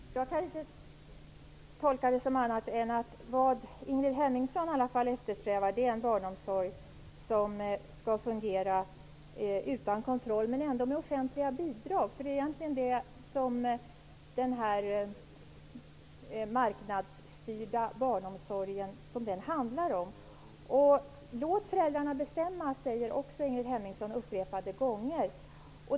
Fru talman! Jag kan inte tolka detta som annat än att Ingrid Hemmingsson eftersträvar en barnomsorg som skall fungera utan kontroll, men som ändå skall få offentliga bidrag. Den här marknadsstyrda barnomsorgen handlar egentligen om det. Låt föräldrarna bestämma, säger Ingrid Hemmingsson upprepade gånger.